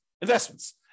investments